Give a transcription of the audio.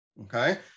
okay